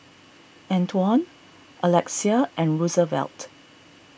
Antwon Alexia and Roosevelt